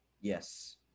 yes